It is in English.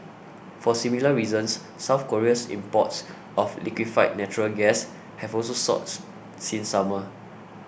for similar reasons South Korea's imports of liquefied natural gas have also soared since summer